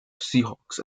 seahawks